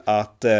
att